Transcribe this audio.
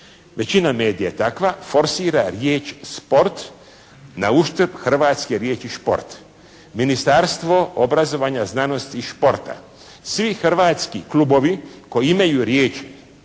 većina medija je takva, forsira riječ: "sport" na uštrb hrvatske riječi: "šport". Ministarstvo obrazovanja, znanosti i športa. Svi hrvatski klubovi koji imaju riječ: "šport"